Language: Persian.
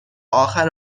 آخر